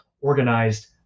organized